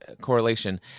correlation